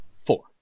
Four